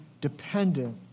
dependent